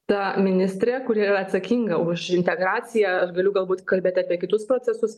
ta ministrė kuri atsakinga už integraciją aš galiu galbūt kalbėti apie kitus procesus